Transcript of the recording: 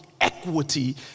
equity